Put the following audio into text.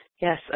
Yes